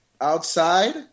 outside